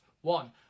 one